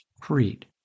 Creed